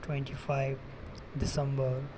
twenty five December